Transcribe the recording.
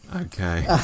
Okay